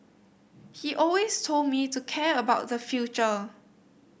he always told me to care about the future